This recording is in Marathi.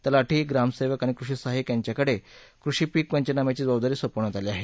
तलाठी ग्रामसेवक आणि कृषी सहाय्यक यांच्याकडे कृषी पिक पंचनाम्याची जबाबदारी सोपवण्यात आली आहे